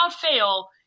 fail